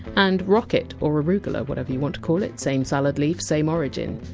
and rocket or arugula, whatever you want to call it, same salad leaf, same origin.